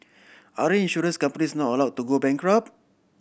aren't insurance companies not allowed to go bankrupt